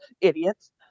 idiots